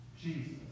Jesus